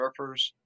surfers